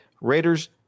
Raiders